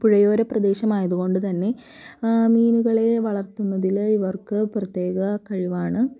പുഴയോര പ്രദേശം ആയതുകൊണ്ട് തന്നെ മീനുകളെ വളർത്തുന്നതിൽ ഇവർക്ക് പ്രത്യേക കഴിവാണ്